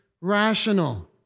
rational